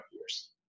years